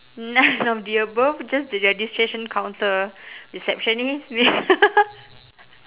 none of the above just the registration counter receptionist may~